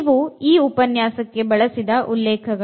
ಇವು ಈ ಉಪನ್ಯಾಸಕ್ಕೆ ಬಳಸಿದ ಉಲ್ಲೇಖಗಳು